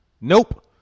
Nope